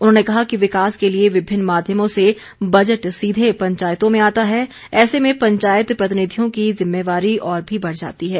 उन्होंने कहा कि विकास के लिए विभिन्न माध्यमों से बजट सीधे पंचायतों में आता है ऐसे में पंचायत प्रतिनिधियों की जिम्मेवारी और भी बढ़ जाती है